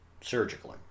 surgically